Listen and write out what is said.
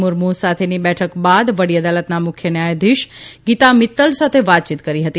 મુર્મુ સાથેની બેઠક બાદ વડી અદાલતના મુખ્યન્યાયધીશ ગીતા મિત્તલ સાથે વાતચીત કરી હતી